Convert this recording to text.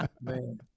Man